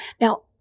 Now